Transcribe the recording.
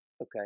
okay